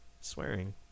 swearing